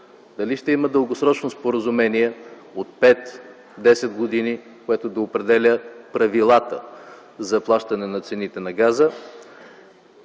дали ще има дългосрочно споразумение от пет-десет години, което определя правилата за плащане на цените на газа,